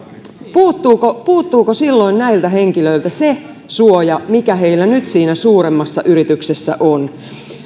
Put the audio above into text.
puuttuuko puuttuuko silloin näiltä henkilöiltä se suoja mikä heillä nyt siinä suuremmassa yrityksessä on